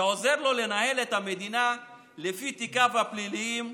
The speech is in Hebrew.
שעוזר לו לנהל את המדינה לפי תיקיו הפליליים.